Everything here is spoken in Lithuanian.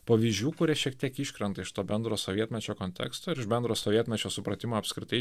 pavyzdžių kurie šiek tiek iškrenta iš to bendro sovietmečio konteksto ir iš bendro sovietmečio supratimo apskritai